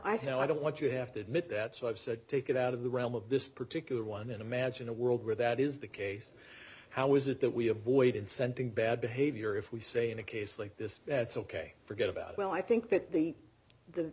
think i don't want you have to admit that so i've said take it out of the realm of this particular one imagine a world where that is the case how is it that we avoided sending bad behavior if we say in a case like this that's ok forget about well i think that the the